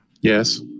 yes